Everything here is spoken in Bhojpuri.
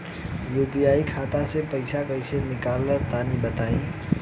यू.पी.आई खाता से पइसा कइसे निकली तनि बताई?